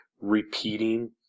repeating